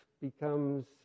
becomes